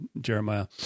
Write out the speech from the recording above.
Jeremiah